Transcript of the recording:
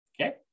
okay